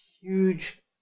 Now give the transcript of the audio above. huge